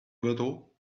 bottle